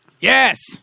Yes